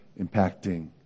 impacting